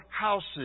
houses